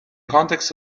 context